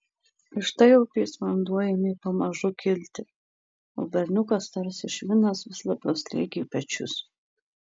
ir štai upės vanduo ėmė pamažu kilti o berniukas tarsi švinas vis labiau slėgė pečius